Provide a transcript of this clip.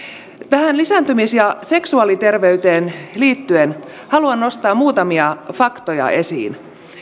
tähän lisääntymis ja seksuaaliterveyteen liittyen haluan nostaa muutamia faktoja esiin